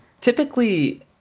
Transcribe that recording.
Typically